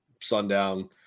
sundown